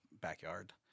backyard